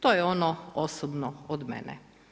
To je ono osobno od mene.